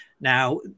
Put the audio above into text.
Now